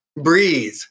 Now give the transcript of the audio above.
breathe